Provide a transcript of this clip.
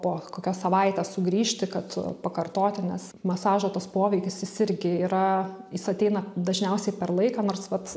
po kokios savaitės sugrįžti kad pakartoti nes masažo tas poveikis jis irgi yra jis ateina dažniausiai per laiką nors vat